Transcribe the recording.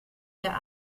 der